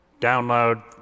download